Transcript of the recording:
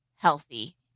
healthy